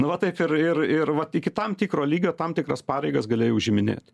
nu vat taip ir ir ir va iki tam tikro lygio tam tikras pareigas galėjai užiminėt